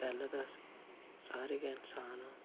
पैह्लें ते अस सारे गै इंसान आं